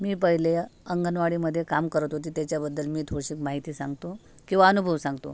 मी पहिले अंगणवाडीमध्ये काम करत होती त्याच्याबद्दल मी थोडीशी माहिती सांगतो किंवा अनुभव सांगतो